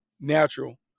Natural